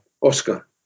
Oscar